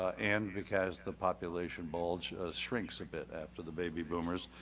and because the population bowl shrinks a bit after the babyboomers.